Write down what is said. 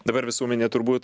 dabar visuomenė turbūt